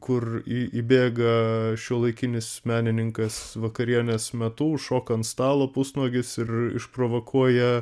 kur į įbėga šiuolaikinis menininkas vakarienės metu šoka ant stalo pusnuogis ir išprovokuoja